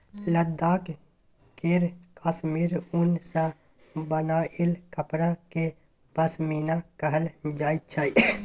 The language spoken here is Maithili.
लद्दाख केर काश्मीर उन सँ बनाएल कपड़ा केँ पश्मीना कहल जाइ छै